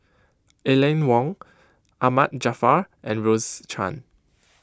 Aline Wong Ahmad Jaafar and Rose Chan